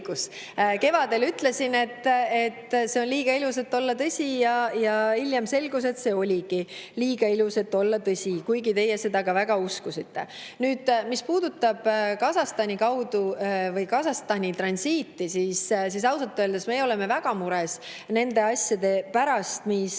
Kevadel ütlesin, et see on liiga ilus, et olla tõsi, ja hiljem selgus, et see oligi liiga ilus, et olla tõsi, kuigi teie seda ka väga uskusite. Nüüd, mis puudutab Kasahstani transiiti, siis ausalt öeldes meie oleme väga mures nende asjade pärast, mis